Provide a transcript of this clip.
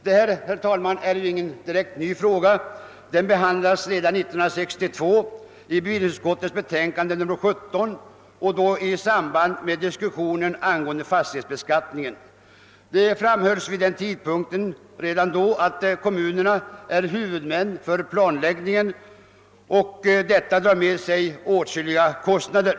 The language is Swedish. Detta, herr talman, är ingen direkt ny fråga. Den behandlades redan 1962 i bevillningsutskottets betänkande nr 17 i samband med diskussionen om fastighetsbeskattningen. Det framhölls redan vid denna tidpunkt att kommunerna är huvudmän för planläggningen och att detta drar med sig åtskilliga kostnader.